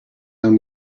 down